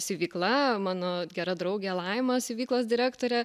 siuvykla mano gera draugė laima siuvyklos direktorė